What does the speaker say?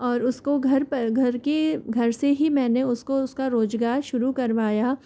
और उसको घर पर घर की घर से ही मैंने उसको उसका रोज़गार शुरू करवाया